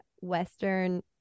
Western